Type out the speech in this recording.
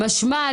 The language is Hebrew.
משמע,